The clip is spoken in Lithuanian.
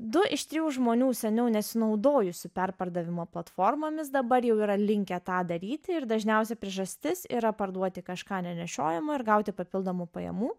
du iš trijų žmonių seniau nesinaudojusių perpardavimo platformomis dabar jau yra linkę tą daryti ir dažniausia priežastis yra parduoti kažką nenešiojamo ir gauti papildomų pajamų